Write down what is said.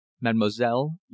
Mademoiselle